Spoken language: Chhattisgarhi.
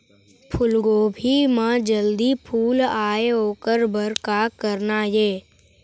फूलगोभी म जल्दी फूल आय ओकर बर का करना ये?